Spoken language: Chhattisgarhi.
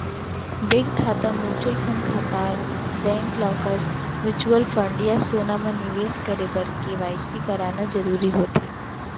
बेंक खाता, म्युचुअल फंड खाता, बैंक लॉकर्स, म्युचुवल फंड या सोना म निवेस करे बर के.वाई.सी कराना जरूरी होथे